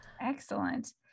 Excellent